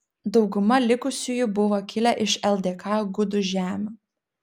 dauguma likusiųjų buvo kilę iš ldk gudų žemių